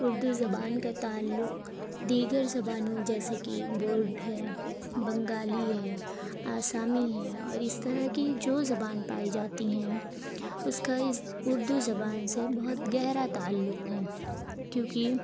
اردو زبان کا تعلق دیگر زبانوں جیسے کہ بورڈ ہے بنگالی ہے آسامی ہے اور اس طرح کی جو زبان پائی جاتی ہیں اس کا اس اردو زبان سے بہت گہرا تعلق ہے کیوں کی